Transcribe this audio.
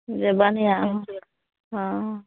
जे बढ़िआँ हँ